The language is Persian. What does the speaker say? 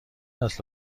است